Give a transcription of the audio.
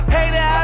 Hater